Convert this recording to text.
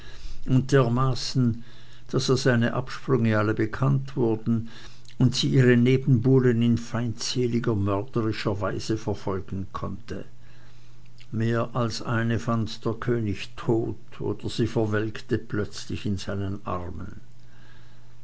ließ dermaßen daß ihr seine absprünge alle bekannt wurden und sie ihre nebenbuhler in feindseliger mörderischer weise verfolgen konnte mehr als eine fand der könig tot oder sie verwelkte plötzlich in seinen armen